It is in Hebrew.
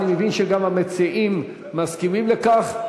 אני מבין שגם המציעים מסכימים לכך?